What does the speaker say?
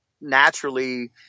naturally